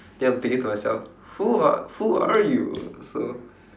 then I am thinking to myself who are who are you so